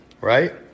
right